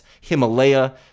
Himalaya